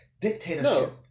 dictatorship